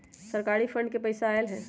सरकारी फंड से पईसा आयल ह?